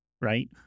right